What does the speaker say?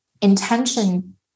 intention